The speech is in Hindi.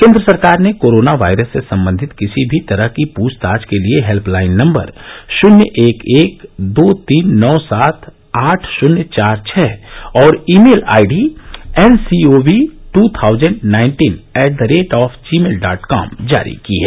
केन्द्र सरकार ने कोरोना वायरस से संबंधित किसी भी तरह की पूछताछ के लिए हेल्पलाइन नम्बर शुन्य एक एक दो तीन नौ सात आठ शुन्य चार छ और email I D N C O V two thousand nineteen at the rate of gmail dot com जारी की है